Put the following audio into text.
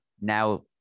now